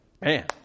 man